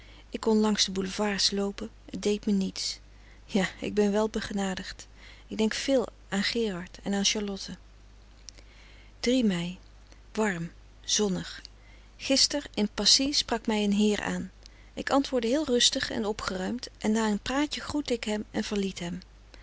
ik kon langs de boulevards loopen het deed me niets ja ik ben wel begenadigd ik denk veel aan gerard en aan harlotte rie mij warm zonnig gister in passy sprak mij een heer aan ik antwoordde heel rustig en opfrederik van eeden van de koele meren des doods geruimd en na een praatje groette ik hem en verliet hem